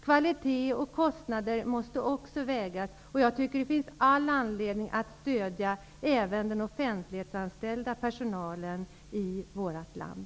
Kvalitet och kostnader måste vägas in. Det finns all anledning att stödja även den offentliganställda personalen i vårt land.